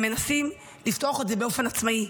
והם מנסים לפתוח את זה באופן עצמאי,